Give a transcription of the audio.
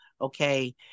okay